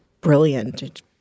brilliant